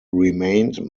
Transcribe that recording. remained